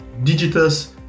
Digitus